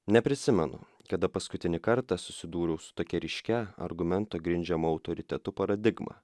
neprisimenu kada paskutinį kartą susidūriau su tokia ryškia argumento grindžiamo autoritetu paradigma